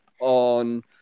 on